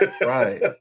Right